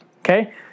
okay